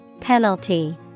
Penalty